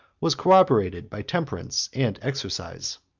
was corroborated by temperance and exercise.